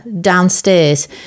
downstairs